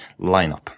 lineup